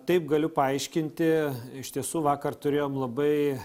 taip galiu paaiškinti iš tiesų vakar turėjom labai